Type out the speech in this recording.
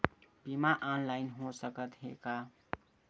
बीमा ऑनलाइन हो सकत हे का?